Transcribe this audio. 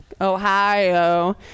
Ohio